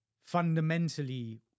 fundamentally